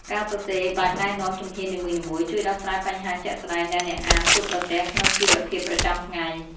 ការសរសេរបែបណែនាំជំហាននីមួយៗ ជួយដោះស្រាយបញ្ហាជាក់ស្តែងដែលអ្នកអានជួបប្រទះក្នុងជីវភាពប្រចាំថ្ងៃ។